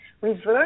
reverse